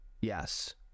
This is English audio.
Yes